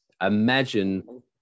Imagine